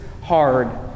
hard